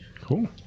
Cool